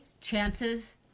chances